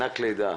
מענק לידה,